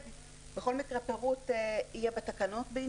הפירוט של זה יהיה בתקנות.